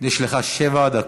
יש לך שבע דקות.